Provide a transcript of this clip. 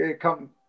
come